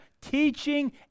teaching